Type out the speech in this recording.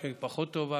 יש מי שיגיד פחות טובה,